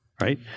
Right